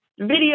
video